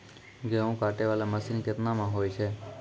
गेहूँ काटै वाला मसीन केतना मे होय छै?